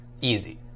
Easy